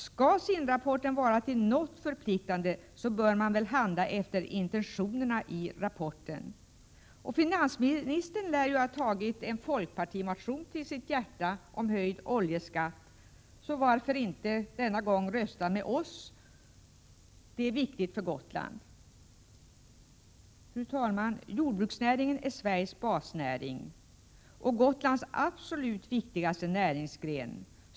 Skall SIND-rapporten vara till något förpliktande, bör man väl handla efter intentionerna i denna. Finansministern lär ju ha tagit en folkpartimotion om höjd oljeskatt till sitt hjärta, så varför inte denna gång rösta med oss. Detta skulle vara bra för Gotland. Fru talman! Jordbruksnäringen är Sveriges basnäring och Gotlands absolut viktigaste näringsgren.